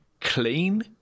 clean